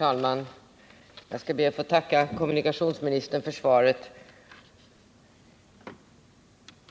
Herr talman! Jag ber att få tacka kommunikationsministern för svaret.